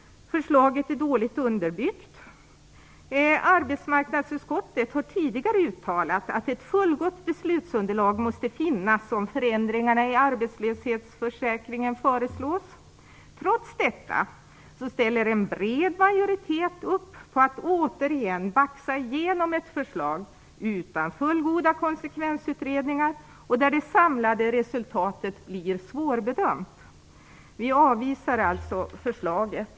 Förslaget är dåligt underbyggt. Arbetsmarknadsutskottet har tidigare uttalat att ett fullgott beslutsunderlag måste finnas om förändringar i arbetslöshetsförsäkringen föreslås. Trots detta ställer en bred majoritet upp på att återigen baxa igenom ett förslag utan fullgoda konsekvensutredningar och där det samlade resultatet blir svårbedömt. Vi avvisar alltså förslaget.